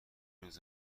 روز